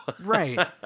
Right